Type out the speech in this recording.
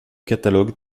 catalogue